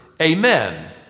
amen